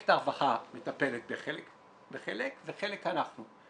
מחלקת הרווחה מטפלת בחלק וחלק אנחנו,